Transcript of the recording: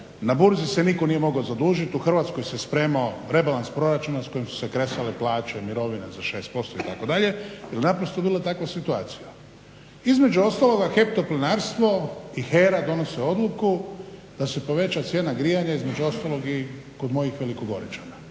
na burzi se nitko nije mogao zadužiti, u Hrvatskoj se spremao rebalans proračuna s kojim su se kresale plaće, mirovine za 6% itd. jer naprosto je bila takva situacija. Između ostaloga HEP Toplinarstvo i HERA donose odluku da se poveća cijena grijanja između ostalog i kod mojih Velikogoričana.